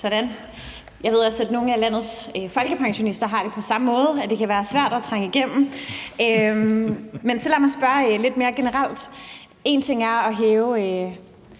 Sådan. Jeg ved også, at nogle af landets folkepensionister har det på samme måde: at det kan være svært at trænge igennem. Men så lad mig spørge lidt mere generelt. En ting er at hæve